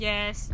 Yes